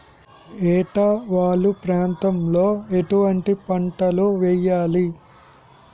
ఏటా వాలు ప్రాంతం లో ఎటువంటి పంటలు వేయాలి?